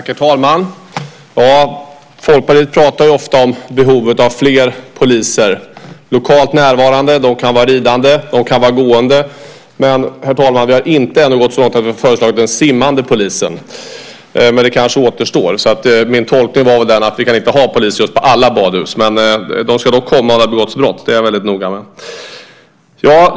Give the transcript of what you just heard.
Herr talman! Folkpartiet pratar ofta om behovet av fler poliser, lokalt närvarande. De kan vara ridande, de kan vara gående, men, herr talman, vi har ännu inte gått så långt att vi har föreslagit en simmande polis. Men det kanske återstår. Min tolkning var den att vi inte kan ha poliser på alla badhus. De ska dock komma när det har begåtts brott. Det är jag väldigt noga med.